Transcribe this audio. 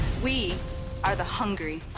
we are the hungry.